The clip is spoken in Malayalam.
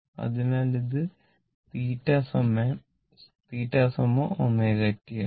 അതിനാൽ ഇത് θ ω t ആണ്